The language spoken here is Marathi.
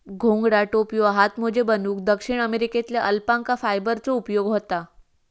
घोंगडा, टोप्यो, हातमोजे बनवूक दक्षिण अमेरिकेतल्या अल्पाका फायबरचो उपयोग होता